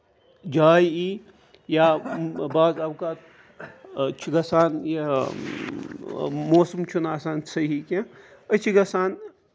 جاے یہِ یا باز اَوقات چھُ گژھان یہِ موسَم چھُنہٕ آسان صٔحیح کیٚنہہ أسۍ چھِ گژھان